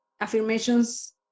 affirmations